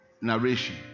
Narration